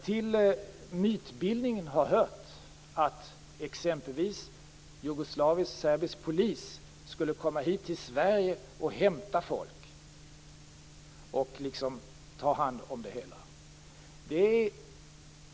Till mytbildningen har exempelvis hört att jugoslavisk-serbisk polis skulle komma hit till Sverige och hämta folk och ta hand om det hela.